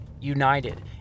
united